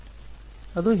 ವಿದ್ಯಾರ್ಥಿ ಅದು